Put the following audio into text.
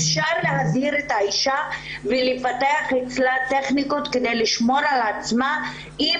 אפשר להזהיר את האישה ולפתח אצלה טכניקות כדי לשמור על עצמה אם